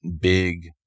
big